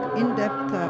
in-depth